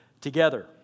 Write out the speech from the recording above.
together